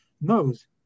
knows